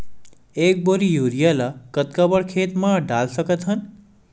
एक बोरी यूरिया ल कतका बड़ा खेत म डाल सकत हन?